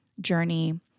journey